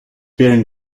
bearing